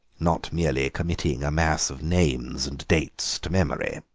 not merely committing a mass of names and dates to memory.